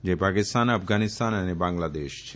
જે પાકિસ્તાન અફઘાનિસ્તાન અને બાંગ્લાદેશ છે